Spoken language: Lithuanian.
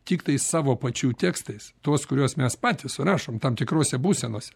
tiktai savo pačių tekstais tuos kuriuos mes patys rašom tam tikrose būsenose